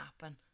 happen